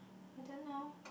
I don't know